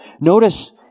Notice